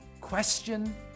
question